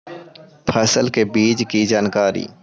फसल के बीज की जानकारी?